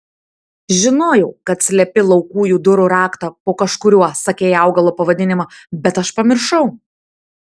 žinojau kad slepi laukujų durų raktą po kažkuriuo sakei augalo pavadinimą bet aš pamiršau